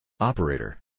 Operator